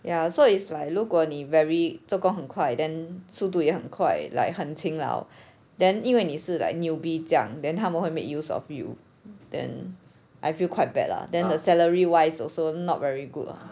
ya so it's like 如果你 very 做工很快 then 速度也很快 like 很勤劳 then 因为你是 like newbie 这样 then 他们会 make use of you then I feel quite bad lah then the salary wise also not very good